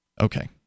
okay